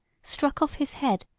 struck off his head,